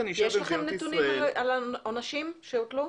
יש לכם נתונים על העונשים שהוטלו?